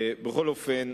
בכל אופן,